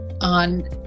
on